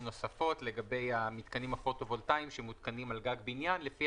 נוספות לגבי המתקנים הפוטו וולטאים שמותקנים על גג בניין לפי